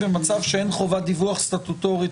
במצב שאין חובת דיווח סטטוטורית